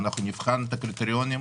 נבחן את הקריטריונים,